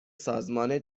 سازمان